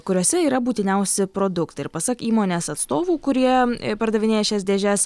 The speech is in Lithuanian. kuriose yra būtiniausi produktai ir pasak įmonės atstovų kurie pardavinėja šias dėžes